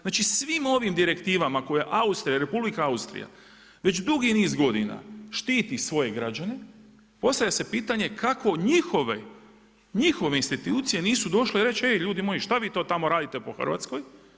Znači svim ovim direktivama koje Republika Austrija već dugi niz godina štiti svoje građane, postavlja se pitanje kako njihove institucije nisu došle i reći ej ljudi moji, šta vi to tamo radite po Hrvatskoj.